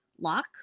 lock